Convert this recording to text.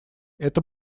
это